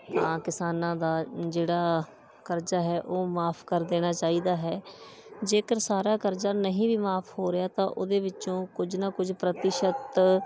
ਤਾਂ ਕਿਸਾਨਾਂ ਦਾ ਜਿਹੜਾ ਕਰਜ਼ਾ ਹੈ ਉਹ ਮਾਫ ਕਰ ਦੇਣਾ ਚਾਹੀਦਾ ਹੈ ਜੇਕਰ ਸਾਰਾ ਕਰਜ਼ਾ ਨਹੀਂ ਵੀ ਮਾਫ ਹੋ ਰਿਹਾ ਤਾਂ ਉਹਦੇ ਵਿੱਚੋਂ ਕੁਝ ਨਾ ਕੁਝ ਪ੍ਰਤੀਸ਼ਤ